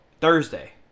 Thursday